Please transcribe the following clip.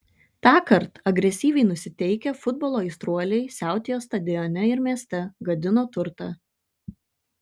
tąkart agresyviai nusiteikę futbolo aistruoliai siautėjo stadione ir mieste gadino turtą